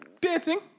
dancing